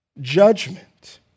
judgment